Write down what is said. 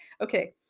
Okay